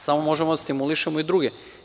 Samo možemo da stimulišemo i druge.